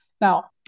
Now